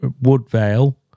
Woodvale